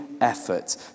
effort